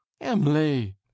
emily